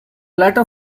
latter